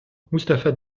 mustapha